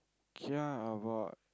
kia about